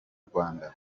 rwanda